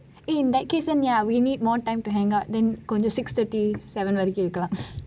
eh in that case then ya we need more time to hang out then கொஞ்சம்:konjam six thiry seven வரை இருக்கலாம்:varai irukkalam